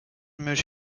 meus